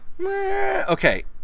Okay